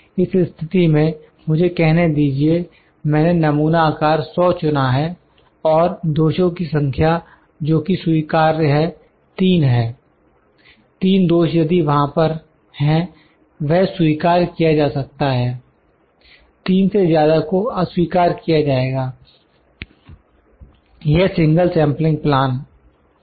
इस स्थिति में मुझे कहने दीजिए मैंने नमूना आकार 100 चुना है और दोषों की संख्या जोकि स्वीकार्य है 3 है 3 दोष यदि वहां पर हैं वह स्वीकार किया जा सकता है 3 से ज्यादा को अस्वीकार किया जाएगा यह सिंगल सेंपलिंग प्लान है